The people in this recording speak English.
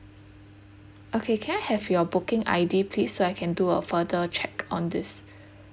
okay can I have your booking I_D please so I can do a further check on this